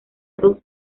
dos